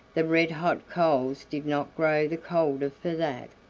the red-hot coals did not grow the colder for that.